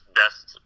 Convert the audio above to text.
best